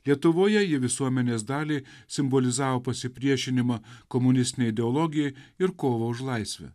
lietuvoje ji visuomenės daliai simbolizavo pasipriešinimą komunistinei ideologijai ir kovą už laisvę